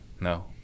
No